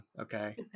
Okay